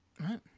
Right